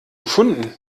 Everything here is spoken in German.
gefunden